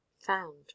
found